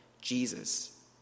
Jesus